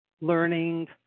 learning